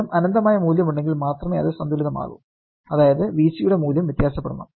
ഇതിനും അനന്തമായ മൂല്യമുണ്ടെങ്കിൽ മാത്രമേ അത് സന്തുലിതമാകൂ അതായത് Vc യുടെ മൂല്യം വ്യത്യാസപ്പെടണം